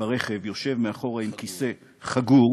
ברכב יושב חגור בכיסא מאחור,